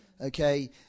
okay